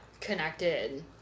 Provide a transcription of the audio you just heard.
connected